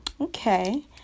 Okay